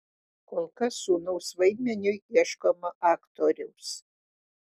kol kas sūnaus vaidmeniui ieškoma aktoriaus